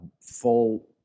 full